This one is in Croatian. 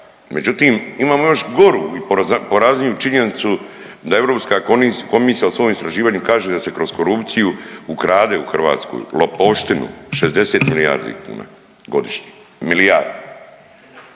Međutim, imamo još goru porazniju činjenicu da Europska komisija u svom istraživanju kaže da se kroz korupciju ukrade u Hrvatskoj lopovštinu 60 milijardi kuna godišnje, milijardu,